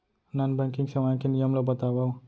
Non banking सेवाएं के नियम ला बतावव?